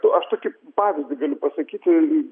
aš tokį pavyzdį galiu pasakyti